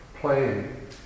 playing